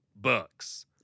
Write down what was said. bucks